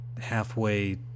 halfway